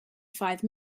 five